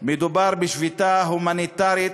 מדובר בשביתה הומניטרית